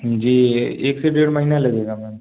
जी ये एक से डेढ़ महीना लगेगा मैम